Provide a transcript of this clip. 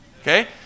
Okay